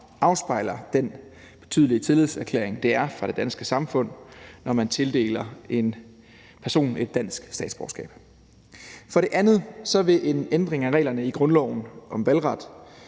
afspejler den betydelige tillidserklæring, det er fra det danske samfunds side, når man tildeler en person et dansk statsborgerskab. For det andet vil en ændring af reglerne om valgret